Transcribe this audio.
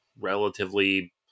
relatively